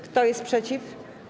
Kto jest przeciw?